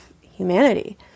humanity